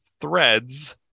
threads